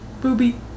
booby